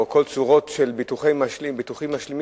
כל צורות של ביטוחים משלימים,